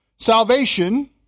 Salvation